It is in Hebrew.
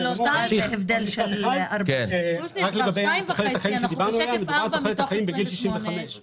לגבי תוחלת החיים עליה